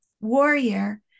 warrior